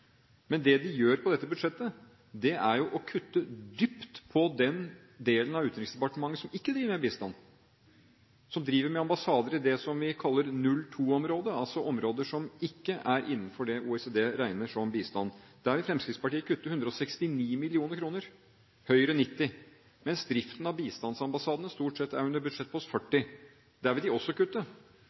Men det de gjør på dette budsjettet, er å kutte dypt i den delen av Utenriksdepartementet som ikke driver med bistand, men som driver med ambassader, kutte i det vi kaller 02-området – altså områder som ikke er innenfor det OECD regner som bistand. Der vil Fremskrittspartiet kutte 169 mill. kr og Høyre 90 mill. kr, mens driften av bistandsambassadene stort sett er under budsjettpost 40. Der vil de også kutte.